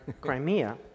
Crimea